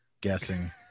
guessing